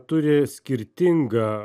turi skirtingą